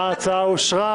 ההצעה אושרה.